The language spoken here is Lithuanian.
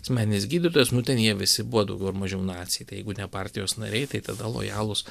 asmeninis gydytojas nu ten jie visi buvo daugiau ar mažiau naciai tai jeigu ne partijos nariai tai tada lojalūs